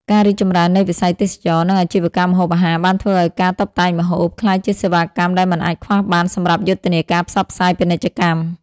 ការរីកចម្រើននៃវិស័យទេសចរណ៍ និងអាជីវកម្មម្ហូបអាហារបានធ្វើឱ្យការតុបតែងម្ហូប ក្លាយជាសេវាកម្មដែលមិនអាចខ្វះបានសម្រាប់យុទ្ធនាការផ្សព្វផ្សាយពាណិជ្ជកម្ម។